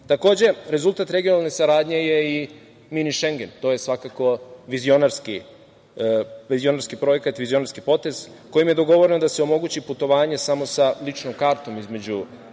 rezultat regionalne saradnje je i mini Šengen. To je svakako vizionarski projekat, vizionarski potez, kojim je dogovoreno da se omogući putovanje samo sa ličnom kartom između